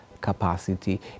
capacity